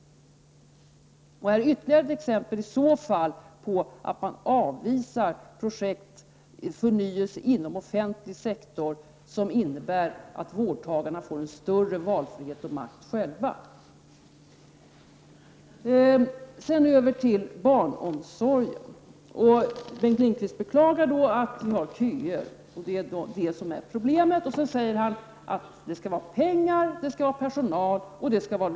Det här är i så fall ytterligare ett exempel på att socialdemokraterna avvisar förnyelse inom den offentliga sektorn som innebär att vårdtagarna får en större valfrihet och större makt själva. Bengt Lindqvist beklagade att det finns köer inom barnomsorgen och sade att det är det som är problemet. Han sade sedan att det som behövs är pengar, personal och lokaler.